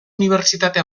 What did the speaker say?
unibertsitate